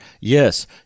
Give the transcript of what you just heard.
Yes